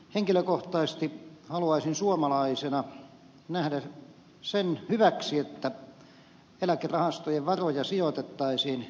henkilökohtaisesti haluaisin suomalaisena nähdä sen hyväksi että eläkerahastojen varoja sijoitettaisiin kotimaahan